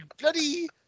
bloody